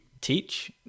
teach